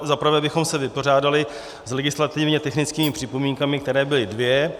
Za prvé bychom se vypořádali s legislativně technickými připomínkami, které byly dvě.